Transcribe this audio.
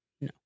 No